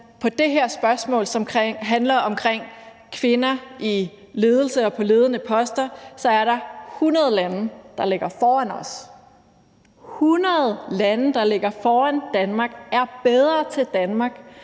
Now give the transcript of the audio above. i det her spørgsmål, der handler om kvinder i ledelse og på ledende poster, er 100 lande, der ligger foran os. Der er altså 100 lande, der er bedre end Danmark,